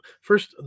first